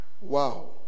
wow